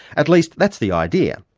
at least that's the idea.